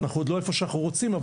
אנחנו עוד לא איפה שאנחנו רוצים,